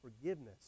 forgiveness